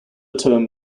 term